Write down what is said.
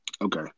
Okay